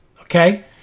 okay